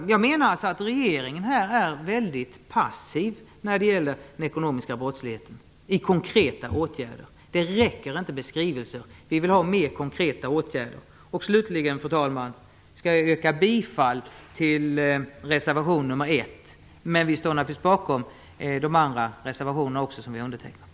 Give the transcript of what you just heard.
Jag menar att regeringen är väldigt passiv när det gäller den ekonomiska brottsligheten. Det räcker inte med skrivelser. Vi vill ha mer konkreta åtgärder. Slutligen, fru talman, vill jag yrka bifall till reservation nr. 1, men vi står naturligtvis bakom även de andra reservationerna som vi undertecknat.